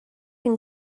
can